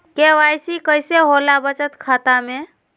KYC कैसे होला बचत खाता में?